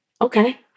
Okay